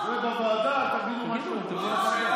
בוועדה תגידו מה שאתם רוצים.